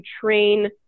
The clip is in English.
train